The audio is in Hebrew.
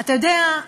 אתה יודע,